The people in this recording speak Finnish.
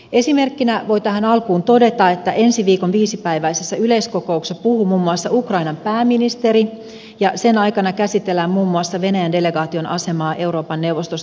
esimerkkinä voi tähän alkuun todeta että ensi viikon viisipäiväisessä yleiskokouksessa puhuu muun muassa ukrainan pääministeri ja sen aikana käsitellään muun muassa venäjän delegaation asemaa euroopan neuvostossa